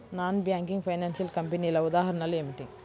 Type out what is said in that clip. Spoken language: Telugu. నాన్ బ్యాంకింగ్ ఫైనాన్షియల్ కంపెనీల ఉదాహరణలు ఏమిటి?